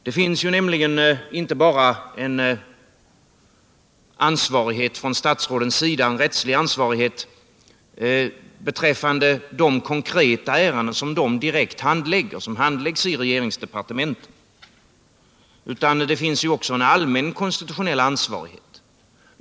Det finns nämligen inte bara en rättslig ansvarighet för statsråden beträffande de konkreta ärenden som handläggs i regeringsdepartementen, utan det finns också en allmän konstitutionell ansvarighet.